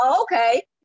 okay